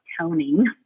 toning